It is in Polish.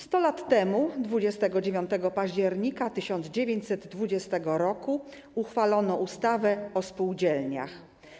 100 lat temu, 29 października 1920 roku, uchwalono ustawę o spółdzielniach.